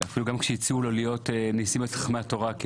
אפילו כשהציעו לו להיות נשיא מועצת חכמי התורה כי